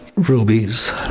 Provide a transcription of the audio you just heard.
rubies